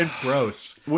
gross